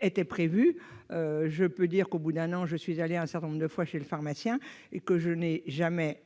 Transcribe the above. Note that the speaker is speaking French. était prévue. Depuis un an, je suis allée un certain nombre de fois chez le pharmacien : je n'ai jamais